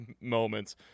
moments